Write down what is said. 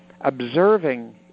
observing